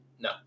No